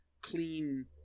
clean